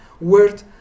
word